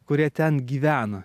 kurie ten gyvena